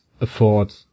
afford